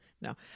No